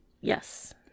Yes